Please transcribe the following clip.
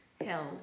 held